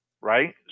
right